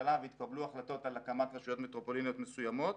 ממשלה והתקבלו החלטות על הקמת רשויות מטרופוליניות מסוימות.